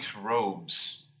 robes